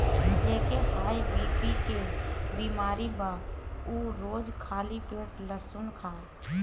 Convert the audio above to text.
जेके high BP के बेमारी बा उ रोज खाली पेटे लहसुन खाए